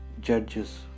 judges